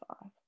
five